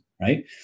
Right